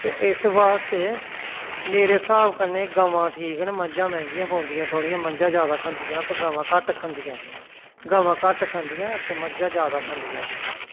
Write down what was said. ते इस बास्तै मेरे स्हाब कन्नै गवां ठीक न मझां मैह्गियां पौंदियां थोह्ड़ियां मझां जैदा खंदियां ते गवां घट्ट खंदियां गवां घट्ट खंदियां ते मंझां जैदा खंदियां